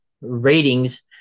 ratings